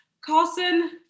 Carson